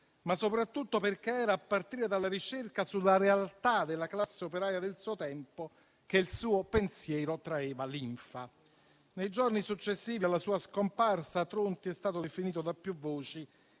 e soprattutto perché era a partire dalla ricerca sulla realtà della classe operaia del suo tempo che il suo pensiero traeva linfa. Nei giorni successivi alla sua scomparsa, Tronti è stato definito da più voci